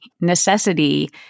necessity